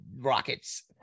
rockets